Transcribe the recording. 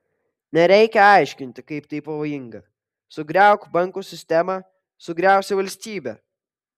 nereikia aiškinti kaip tai pavojinga sugriauk bankų sistemą sugriausi valstybę